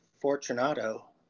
Fortunato